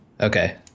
Okay